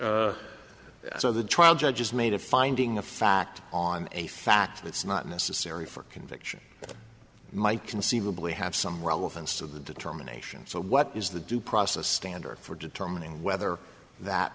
so the trial judge just made a finding of fact on a fact that it's not necessary for a conviction might conceivably have some relevance of the determination so what is the due process standard for determining whether that